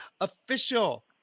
official